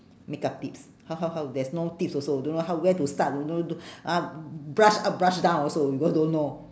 makeup tips how how how there's no tips also don't know how where to start don't know don't ah brush up brush down also we all don't know